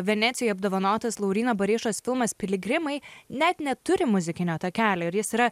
venecijoj apdovanotas lauryno bareišos filmas piligrimai net neturi muzikinio takelio ir jis yra